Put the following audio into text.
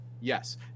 Yes